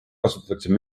kasutatakse